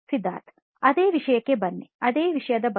ಸಿದ್ಧಾರ್ಥ್ ಅದೇ ವಿಷಯದ ಬಗ್ಗೆ